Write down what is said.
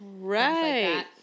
Right